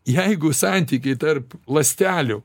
jeigu santykiai tarp ląstelių